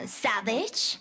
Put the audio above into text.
savage